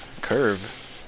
curve